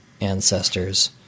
ancestors